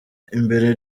imbere